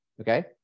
okay